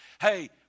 hey